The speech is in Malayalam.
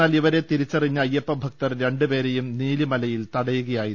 എന്നാൽ ഇവരെ തിരിച്ചറിഞ്ഞ അയ്യപ്പ ഭക്തർ രണ്ട് പേരെയും നീലിമലയിൽ തട യുകയായിരുന്നു